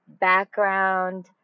background